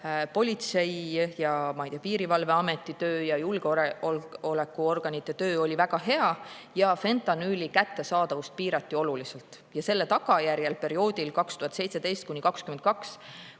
Politsei‑ ja Piirivalveameti töö ja julgeolekuorganite töö oli väga hea ja fentanüüli kättesaadavust piirati oluliselt. Selle tulemusel perioodil 2017–2022,